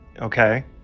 Okay